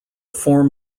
form